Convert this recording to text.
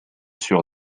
sur